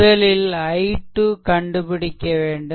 முதலில் i2 கண்டுபிடிக்க வேண்டும்